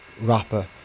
rapper